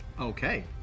Okay